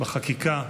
בחקיקה,